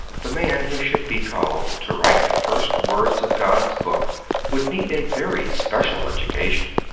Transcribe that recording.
the man who should be called to write the first words of god's book would need a very special education.